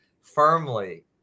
firmly